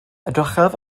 edrychaf